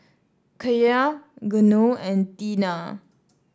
Kaia Geno and Teena